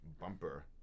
bumper